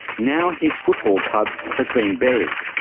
now his football club has been buried,